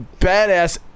badass